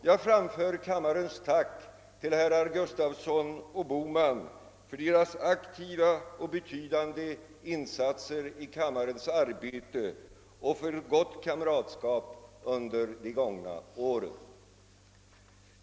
Jag framför kammarens tack till herrar Gustafsson och Bohman för deras aktiva och betydande insatser i kammarens arbete och för gott kamratskap under de gångna åren.